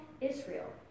Israel